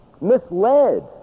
Misled